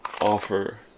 offer